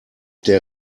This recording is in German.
der